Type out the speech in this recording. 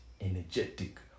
energetic